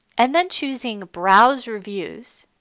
and then choosing browse reviews